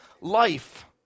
life